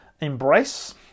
embrace